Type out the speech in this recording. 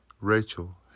Rachel